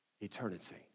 eternity